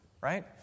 right